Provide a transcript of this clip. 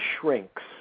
shrinks